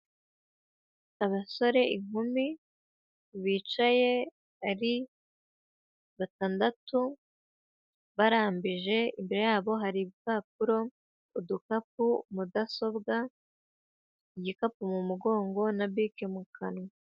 Abasore, inkumi bicaye ari batandatu, barambije, imbere yabo hari ibipapuro, udukapu, mudasobwa, igikapu mu mugongo, na bike mu kanwa.